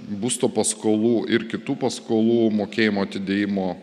būsto paskolų ir kitų paskolų mokėjimo atidėjimo